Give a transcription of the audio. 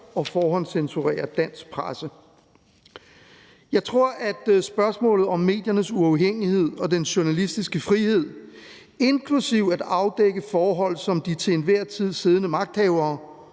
og forhåndscensurere dansk presse. Jeg tror, at spørgsmålet om mediernes uafhængighed og den journalistiske frihed, inklusive at afdække forhold, som de til enhver tid siddende magthavere